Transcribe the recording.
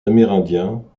amérindiens